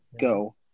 Go